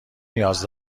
نیاز